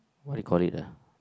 what do you call it ah